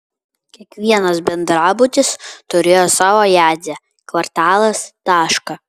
kiekvienas bendrabutis turėjo savo jadzę kvartalas tašką